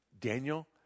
Daniel